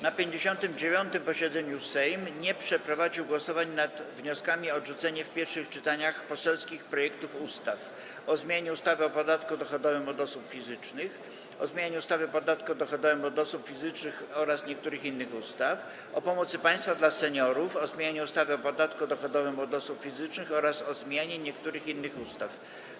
Na 59. posiedzeniu Sejm nie przeprowadził głosowań nad wnioskami o odrzucenie w pierwszych czytaniach poselskich projektów ustaw: - o zmianie ustawy o podatku dochodowym od osób fizycznych, - o zmianie ustawy o podatku dochodowym od osób fizycznych oraz niektórych innych ustaw, - o pomocy państwa dla seniorów, o zmianie ustawy o podatku dochodowym od osób fizycznych oraz o zmianie niektórych innych ustaw.